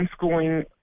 homeschooling